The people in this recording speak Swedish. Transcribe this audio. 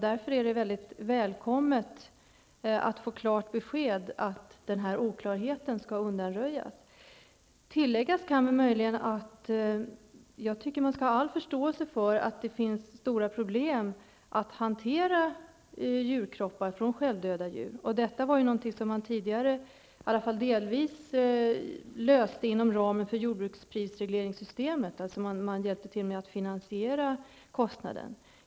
Därför är det mycket välkommet att få klart besked att denna oklarhet skall undanröjas. Tilläggas kan möjligen att jag tycker att man skall ha all förståelse för att det finns stora problem när det gäller att hantera självdöda djur. Detta var något som man tidigare i alla fall delvis löste inom ramen för jordbruksprisregleringssystemet, dvs. att man hjälpte till att finansiera kostnaden.